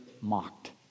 mocked